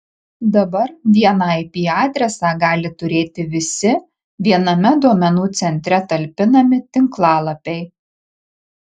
dabar vieną ip adresą gali turėti visi viename duomenų centre talpinami tinklalapiai